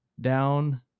down